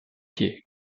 pieds